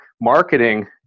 marketing